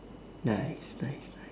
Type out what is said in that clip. nice nice nice